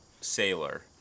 Sailor